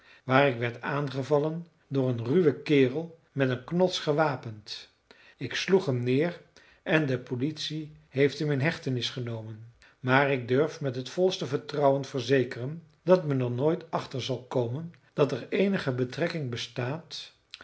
waar ik werd aangevallen door een ruwen kerel met een knots gewapend ik sloeg hem neer en de politie heeft hem in hechtenis genomen maar ik durf met het volste vertrouwen verzekeren dat men er nooit achter zal komen dat er eenige betrekking bestaat